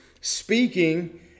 speaking